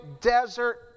desert